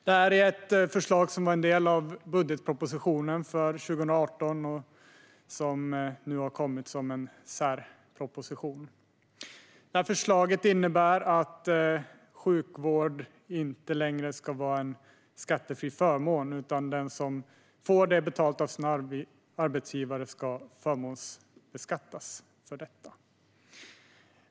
Det här är ett förslag som är en del av budgetpropositionen för 2018 och som nu har kommit som en särproposition. Förslaget innebär att sjukvård inte längre ska vara en skattefri förmån, utan den som får den betald av sin arbetsgivare ska förmånsbeskattas för detta.